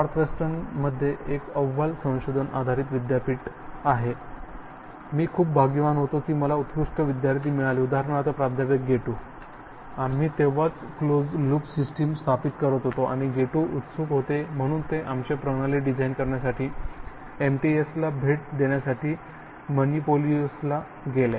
नॉर्थवेस्टर्नमध्ये एक अव्वल संशोधन आधारित विद्यापीठ आहे मी खूप भाग्यवान होतो की माला उत्कृष्ट विद्यार्थी मिळाले उदाहरणार्थ प्राध्यापक गेटू आम्ही तेव्हाच क्लोज लूप सिस्टम स्थापित करत होतो आणि गेटू उत्सुक होते म्हणून ते आमची प्रणाली डिझाइन करण्यासाठी एमटीएसला भेट देण्यासाठी मिनियापोलिसला गेले